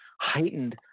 heightened